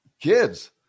kids